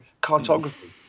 cartography